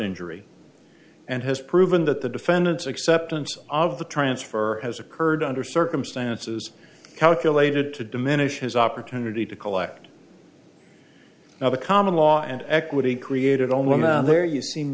injury and has proven that the defendant's acceptance of the transfer has occurred under circumstances calculated to diminish his opportunity to collect now the common law and equity created on woman there you seem